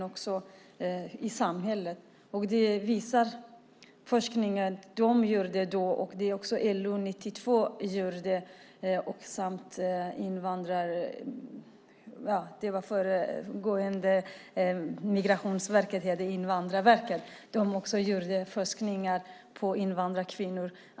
Också LO och föregångaren till Migrationsverket, Invandrarverket, har gjort forskning om invandrarkvinnor.